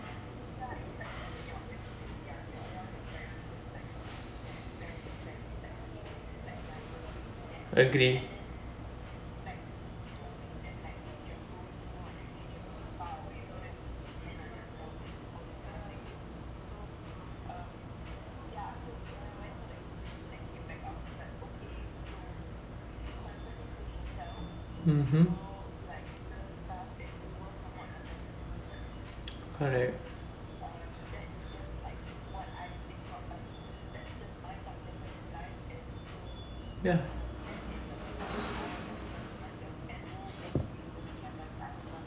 agree mmhmm alright ya